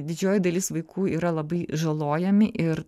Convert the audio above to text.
didžioji dalis vaikų yra labai žalojami ir